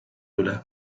üle